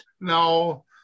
No